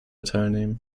teilnehmen